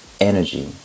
energy